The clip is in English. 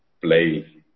play